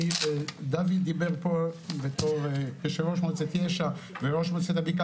דוד דיבר פה כיושב-ראש מועצת יש"ע וראש מועצת הבקעה,